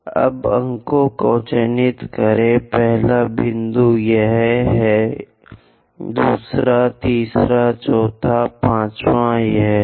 अब अंकों को चिह्नित करें पहला बिंदु यह एक दूसरा तीसरा चौथा पांचवां और यह है